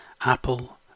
apple